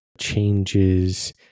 changes